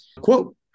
Quote